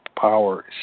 power